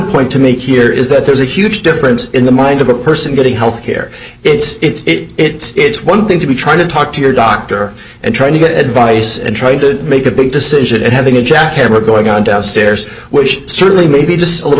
point to make here is that there's a huge difference in the mind of a person getting health care it's it it's one thing to be trying to talk to your doctor and trying to get advice and try to make a big decision that having a jackhammer going on downstairs which certainly may be just a little